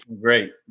Great